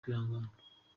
kwihangana